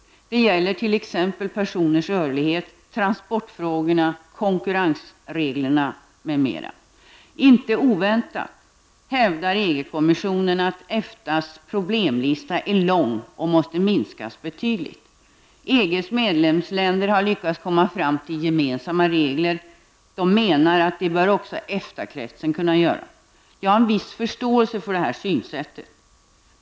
Det gäller t.ex. personers rörlighet, transportfrågorna, konkurrensreglerna m.m. Inte oväntat hävdar EG-kommissionen att EFTAs problemlista är lång och måste minskas betydligt. EGs medlemsländer har lyckats komma fram till gemensamma regler. De menar att det bör också EFTA-kretsen kunna göra. Jag har en viss förståelse för detta synsätt.